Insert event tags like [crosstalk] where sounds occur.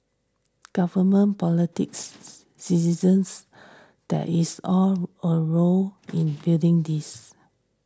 government politics [noise] citizens there is all a role in building this